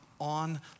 on